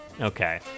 Okay